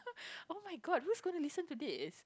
oh-my-god who is going to listen to this